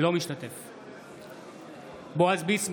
אינו משתתף בהצבעה בועז ביסמוט,